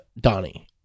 Donnie